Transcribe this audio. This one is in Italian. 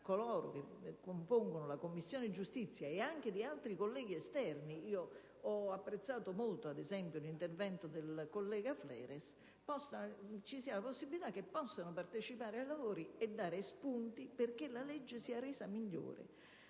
tutti i componenti della Commissione giustizia, e anche di altri colleghi esterni - ho apprezzato molto, ad esempio, l'intervento del collega Fleres - la possibilità di partecipare ai lavori e dare spunti perché la legge sia resa migliore.